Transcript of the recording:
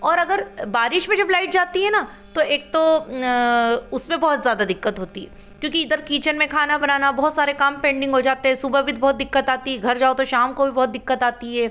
और अगर बारिश में जब लाइट जाती है न तो एक तो उसमें बहुत ज़्यादा दिक्कत होती है क्योंकि इधर किचेन में खाना बनाना बहुत सारे काम पेंडिंग हो जाते हैं सुबह भी बहुत दिक्कत आती है घर जाओ तो शाम को भी बहुत दिक्कत आती है